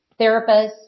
therapists